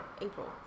April